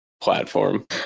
platform